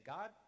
God